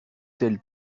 telle